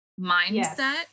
mindset